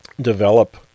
develop